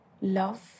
love